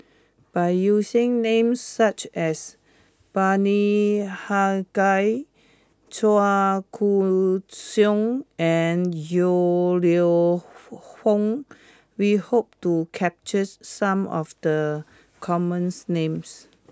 by using names such as Bani Haykal Chua Koon Siong and Yong Lew Foong we hope to capture some of the common names